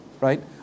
right